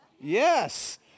Yes